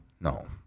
No